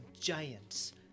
giants